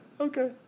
okay